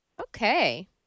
Okay